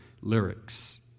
lyrics